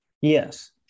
yes